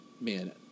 man